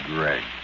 Greg